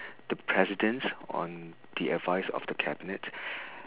the president on the advice of the cabinet